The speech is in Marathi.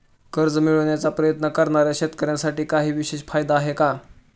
कर्ज मिळवण्याचा प्रयत्न करणाऱ्या शेतकऱ्यांसाठी काही विशेष फायदे आहेत का?